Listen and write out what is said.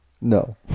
No